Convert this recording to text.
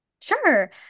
Sure